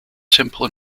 simple